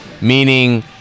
Meaning